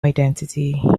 identity